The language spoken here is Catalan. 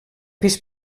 pis